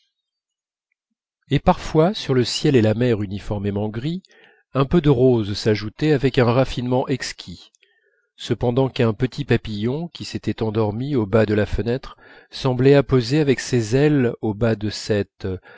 et parfois sur le ciel et la mer uniformément gris un peu de rose s'ajoutait avec un raffinement exquis cependant qu'un petit papillon qui s'était endormi au bas de la fenêtre semblait apposer avec ses ailes au bas de cette